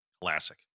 Classic